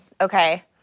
okay